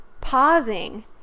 pausing